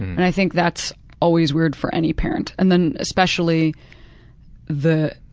and i think that's always weird for any parents. and then especially the